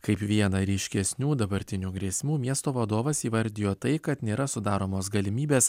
kaip vieną ryškesnių dabartinių grėsmių miesto vadovas įvardijo tai kad nėra sudaromos galimybės